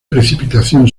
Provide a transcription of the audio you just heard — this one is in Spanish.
precipitación